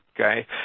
okay